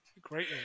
Great